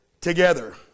together